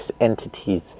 entities